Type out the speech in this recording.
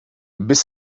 bis